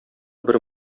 бер